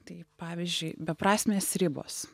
tai pavyzdžiui beprasmės ribos